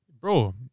Bro